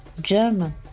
German